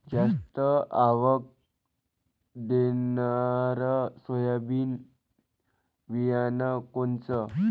जास्त आवक देणनरं सोयाबीन बियानं कोनचं?